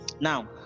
now